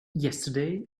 yesterday